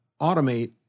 automate